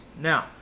Now